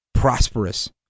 prosperous